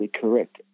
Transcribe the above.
correct